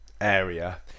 area